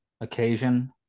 occasion